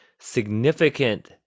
significant